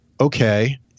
okay